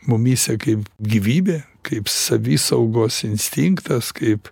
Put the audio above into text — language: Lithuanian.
mumyse kaip gyvybė kaip savisaugos instinktas kaip